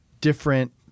different